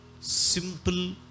simple